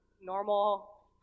normal